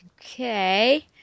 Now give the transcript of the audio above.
Okay